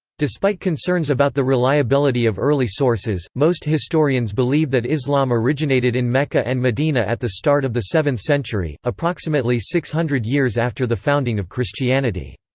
despite concerns about the reliability of early sources, most historians believe that islam originated in mecca and medina at the start of the seventh century, approximately six hundred years after the founding of christianity.